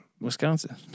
Wisconsin